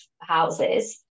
houses